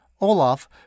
Olaf